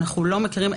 אנחנו לא מכירים,